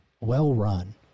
well-run